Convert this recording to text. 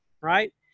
right